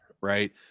right